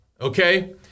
Okay